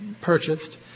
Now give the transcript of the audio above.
purchased